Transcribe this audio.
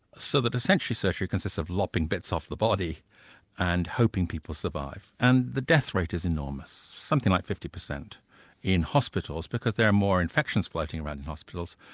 so that essentially surgery consists of lopping bits off the body and hoping people survive. and the death rate is enormous, something like fifty percent in hospitals, because there are more infections floating around in hospitals,